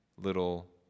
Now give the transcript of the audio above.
Little